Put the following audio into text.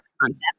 concept